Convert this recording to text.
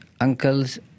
uncles